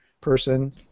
person